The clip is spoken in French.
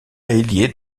hélier